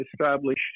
establish